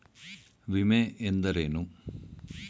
ವಿಮೆ ಎಂದರೇನು?